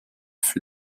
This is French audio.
fut